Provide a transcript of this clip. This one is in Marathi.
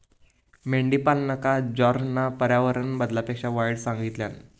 मेंढीपालनका जॉर्जना पर्यावरण बदलापेक्षा वाईट सांगितल्यान